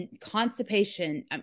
constipation